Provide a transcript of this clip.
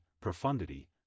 profundity